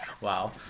Wow